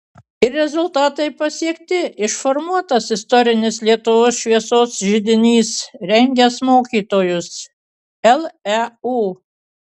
ir rezultatai pasiekti išformuotas istorinis lietuvos šviesos židinys rengęs mokytojus leu